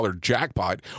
jackpot